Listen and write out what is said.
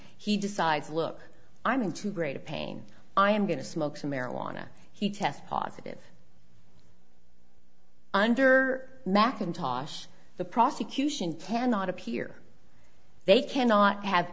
he decides look i'm in too great a pain i am going to smoke some marijuana he test positive under mcintosh the prosecution cannot appear they cannot have